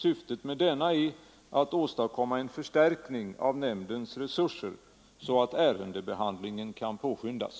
Syftet med denna är att åstadkomma en förstärkning av nämndens resurser så att ärendebehandlingen kan påskyndas.